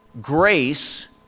grace